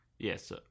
Yes